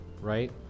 right